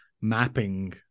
mapping